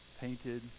painted